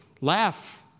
Laugh